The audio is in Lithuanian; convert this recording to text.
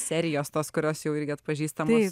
serijos tos kurios jau irgi atpažįstamos